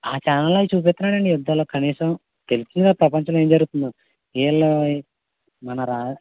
ఆ ఛానల్లో అవి చుపిస్తున్నాడండి యుద్దాలు కనీసం తెలిసినవే ప్రపంచంలో ఏం జరుగుతుందో వీళ్ళు మన రా